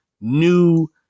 new